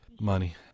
money